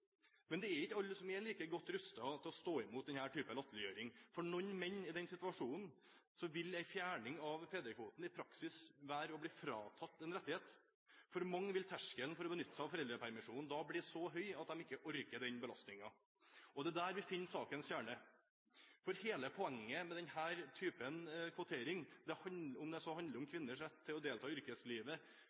men det er ikke alle som er like godt rustet til å stå imot denne typen latterliggjøring. For noen menn i den situasjonen vil en fjerning av fedrekvoten i praksis være å bli fratatt en rettighet. For mange vil terskelen for å benytte seg av foreldrepermisjonen da bli så høy at de ikke orker den belastningen. Det er der vi finner sakens kjerne, for hele poenget med denne typen kvotering – om det så handler om kvinners rett til å delta i yrkeslivet,